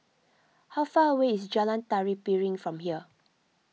how far away is Jalan Tari Piring from here